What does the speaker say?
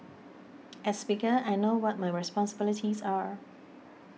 as speaker I know what my responsibilities are